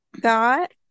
got